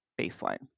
baseline